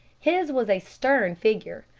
his was a stern figure,